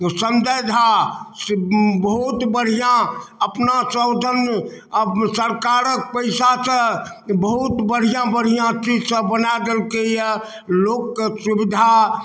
संजय झासँ बहुत बढ़िआँ अपनासब ओहिठाम सरकारके पइसासँ बहुत बढ़िआँ बढ़िआँ चीजसब बना देलकैए लोकके सुविधा